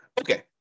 Okay